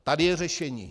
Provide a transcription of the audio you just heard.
Tady je řešení.